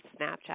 Snapchat